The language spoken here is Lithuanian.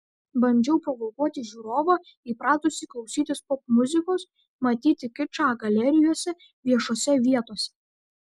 bandžiau provokuoti žiūrovą įpratusį klausytis popmuzikos matyti kičą galerijose viešose vietose